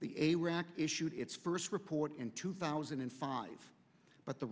be a rock issued its first report in two thousand and five but the